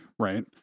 Right